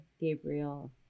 gabriel